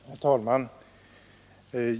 Herr talman!